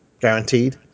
guaranteed